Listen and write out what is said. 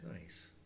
Nice